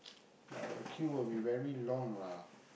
but the queue will be very long lah